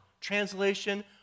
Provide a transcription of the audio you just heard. Translation